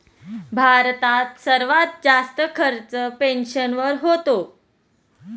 भारतात सर्वात जास्त खर्च पेन्शनवर होतो